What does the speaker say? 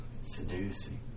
seducing